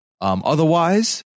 Otherwise